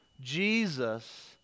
Jesus